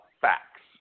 facts